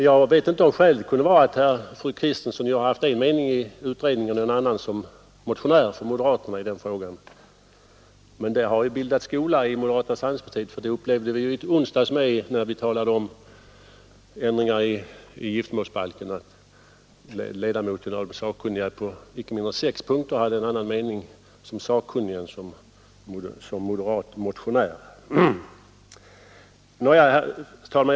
Jag vet inte om skälet kunde vara att fru Kristensson ju haft en mening i utredningen och en annan som motionär för moderaterna i denna fråga. Men det har ju bildats skola i moderata samlingspartiet, för det upplevde vi i onsdags också, när vi talade om ändringar i giftermålsbalken, att ledamoten av sakkunnigutredningen på inte mindre än sex punkter hade en annan mening som sakkunnig än som moderat motionär. Herr talman!